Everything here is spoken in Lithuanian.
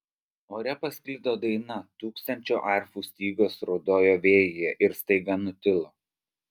ore pasklido daina tūkstančio arfų stygos raudojo vėjyje ir staiga nutilo